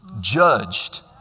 judged